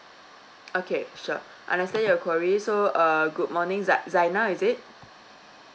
okay sure understand your queries so uh good morning zai~ zainal is it